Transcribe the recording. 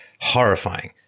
horrifying